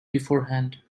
beforehand